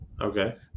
Okay